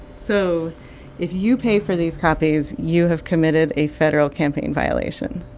so if you pay for these copies, you have committed a federal campaign violation